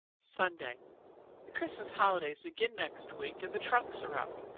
sunday the christmas holidays begin next week and the trunks are up.